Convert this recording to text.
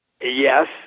Yes